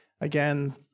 again